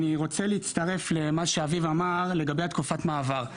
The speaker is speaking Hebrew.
אני רוצה להצטרף למה שאביב אמר לגבי תקופת המעבר.